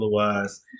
Otherwise